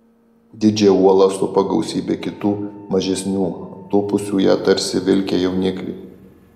didžiąją uolą supo gausybė kitų mažesnių aptūpusių ją tarsi vilkę jaunikliai